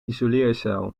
isoleercel